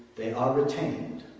they are retained